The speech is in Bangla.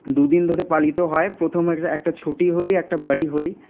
দুদিন ধরে পালিত হয় প্রথমে একটা ছোটি হোলি একটা বড়ি হোলি